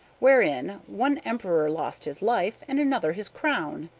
wherein one emperor lost his life, and another his crown.